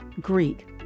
Greek